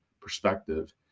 perspective